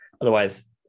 otherwise